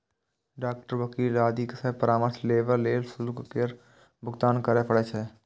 doctor, वकील आदि सं परामर्श लेबा लेल शुल्क केर भुगतान करय पड़ै छै